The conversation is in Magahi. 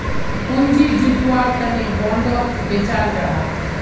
पूँजी जुत्वार तने बोंडोक बेचाल जाहा